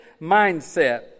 mindset